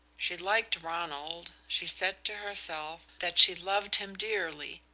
she liked ronald, she said to herself that she loved him dearly,